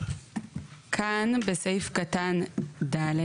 אז בסעיף קטן ד'